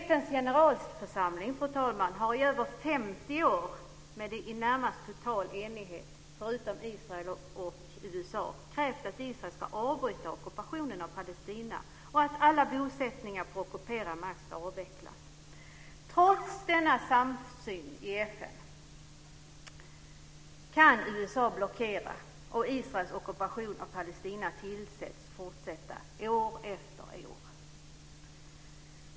år i närmast total enighet - det gäller dock inte Israel och USA - krävt att Israel ska avbryta ockupationen av Palestina och att alla bosättningar på ockuperad mark ska avvecklas. Trots denna samsyn i FN kan USA blockera, och Israels ockupation av Palestina tillåts fortsätta år efter år.